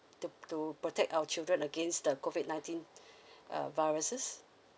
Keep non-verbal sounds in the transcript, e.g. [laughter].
to to protect our children against the COVID nineteen [breath] uh viruses